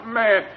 man